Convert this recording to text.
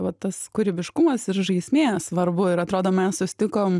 va tas kūrybiškumas ir žaismė svarbu ir atrodo mes susitikom